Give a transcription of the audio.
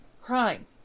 crime